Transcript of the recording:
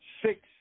Six